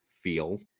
feel